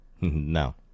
No